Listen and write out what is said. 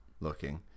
looking